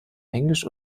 englisch